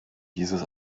dieses